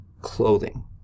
clothing